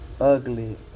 ugly